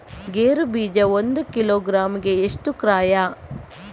ಗೇರು ಬೀಜ ಒಂದು ಕಿಲೋಗ್ರಾಂ ಗೆ ಎಷ್ಟು ಕ್ರಯ?